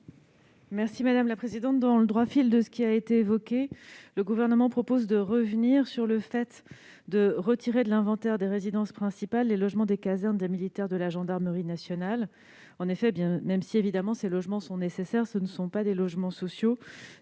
Mme la ministre déléguée. Dans le droit fil de ce qui a été évoqué, le Gouvernement propose de revenir sur le retrait de l'inventaire des résidences principales des logements des casernes des militaires de la gendarmerie nationale. En effet, bien que ces logements soient évidemment nécessaires, ce ne sont pas des logements sociaux.